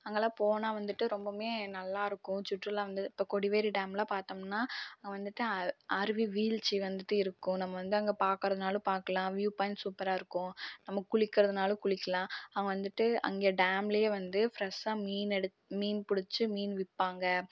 அங்கெல்லாம் போனால் வந்துட்டு ரொம்பவுமே நல்லா இருக்கும் சுற்றுலா வந்தது இப்போ கொடிவேரி டேம்லாம் பார்த்தம்னா வந்துட்டு அருவி வீழ்ச்சி வந்துட்டு இருக்கும் நம்ம வந்து அங்கே பார்க்குறதுனாலும் பார்க்கலாம் வியூ பாயிண்ட் சூப்பராக இருக்கும் நம்ம குளிக்கிறதுனாலும் குளிக்கலாம் அங்கே வந்துட்டு அங்கே டேம்லயே வந்து ஃப்ரெஷ்ஷாக மீன் எடு மீன் பிடிச்சி மீன் விற்பாங்க